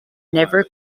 never